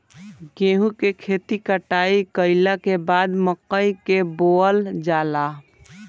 गेहूं के खेती कटाई कइला के बाद मकई के बोअल जाला